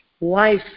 Life